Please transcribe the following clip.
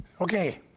Okay